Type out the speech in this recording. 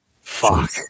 Fuck